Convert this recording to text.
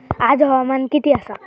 आज हवामान किती आसा?